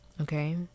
Okay